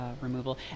Removal